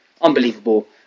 Unbelievable